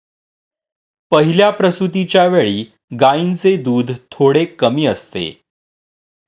पहिल्या प्रसूतिच्या वेळी गायींचे दूध थोडे कमी असते